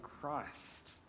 Christ